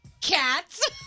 Cats